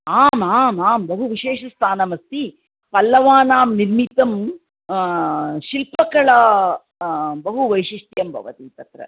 आम् आम् आं बहुविशेषस्थानमस्ति पल्लवानां निर्मितं शिल्पकला बहुवैशिष्ट्यं भवति तत्र